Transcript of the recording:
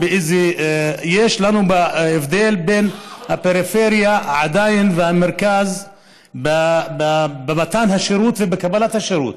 יש עדיין הבדל בין הפריפריה למרכז במתן השירות ובקבלת השירות.